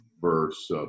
verse